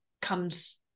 comes